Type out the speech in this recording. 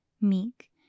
meek